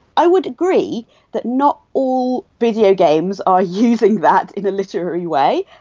i would agree that not all video games are using that in a literary way.